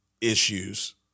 issues